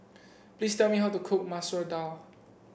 please tell me how to cook Masoor Dal